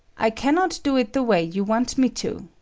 i cannot do it the way you want me to.